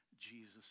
Jesus